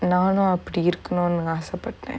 நானு அப்டி இருகனுன்னு ஆச பட்ட:naanu apdi irukanunu aasa patta